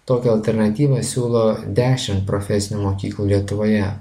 tokią alternatyvą siūlo dešimt profesinių mokyklų lietuvoje